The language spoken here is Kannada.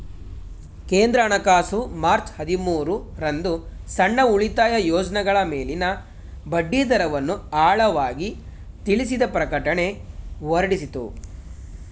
ಕೇಂದ್ರ ಹಣಕಾಸು ಮಾರ್ಚ್ ಹದಿಮೂರು ರಂದು ಸಣ್ಣ ಉಳಿತಾಯ ಯೋಜ್ನಗಳ ಮೇಲಿನ ಬಡ್ಡಿದರವನ್ನು ಆಳವಾಗಿ ತಿಳಿಸಿದ ಪ್ರಕಟಣೆ ಹೊರಡಿಸಿತ್ತು